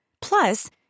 Plus